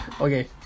Okay